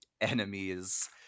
enemies